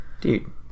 Dude